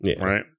right